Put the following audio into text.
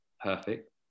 perfect